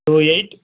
two eight